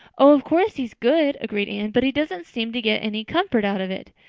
of course he's good, agreed anne, but he doesn't seem to get any comfort out of it.